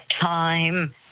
time